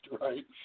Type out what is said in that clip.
right